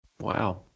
Wow